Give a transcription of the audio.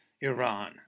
Iran